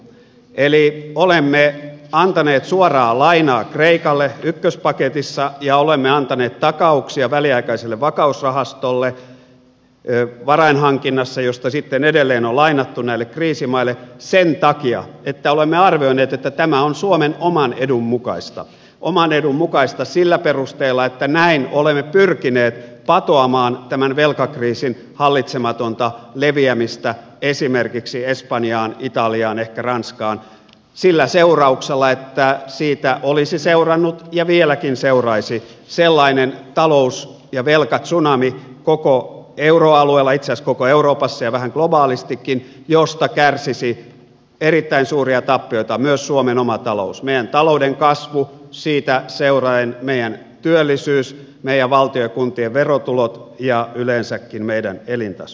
eli olemme antaneet suoraa lainaa kreikalle ykköspaketissa ja olemme antaneet takauksia väliaikaiselle vakausrahastolle varainhankinnassa josta sitten edelleen on lainattu näille kriisimaille sen takia että olemme arvioineet että tämä on suomen oman edun mukaista oman edun mukaista sillä perusteella että näin olemme pyrkineet patoamaan tämän velkakriisin hallitsematonta leviämistä esimerkiksi espanjaan italiaan ehkä ranskaan sillä seurauksella että siitä olisi seurannut ja vieläkin seuraisi sellainen talous ja velkatsunami koko euroalueella itse asiassa koko euroopassa ja vähän globaalistikin josta kärsisi erittäin suuria tappioita myös suomen oma talous meidän talouden kasvu siitä seuraten meidän työllisyys meidän valtion ja kuntien verotulot ja yleensäkin meidän elintaso